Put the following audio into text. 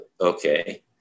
okay